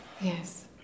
Yes